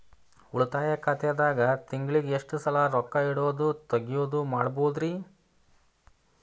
ಉಳಿತಾಯ ಖಾತೆದಾಗ ತಿಂಗಳಿಗೆ ಎಷ್ಟ ಸಲ ರೊಕ್ಕ ಇಡೋದು, ತಗ್ಯೊದು ಮಾಡಬಹುದ್ರಿ?